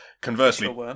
Conversely